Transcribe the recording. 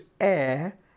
air